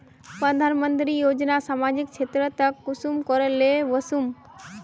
प्रधानमंत्री योजना सामाजिक क्षेत्र तक कुंसम करे ले वसुम?